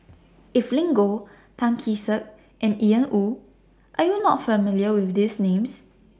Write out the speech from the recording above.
Evelyn Goh Tan Kee Sek and Ian Woo Are YOU not familiar with These Names